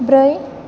ब्रै